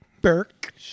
Burke